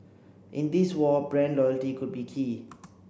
in this war brand loyalty could be key